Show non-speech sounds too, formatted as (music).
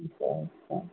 (unintelligible)